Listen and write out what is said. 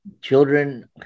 Children